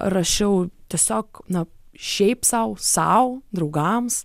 rašiau tiesiog na šiaip sau sau draugams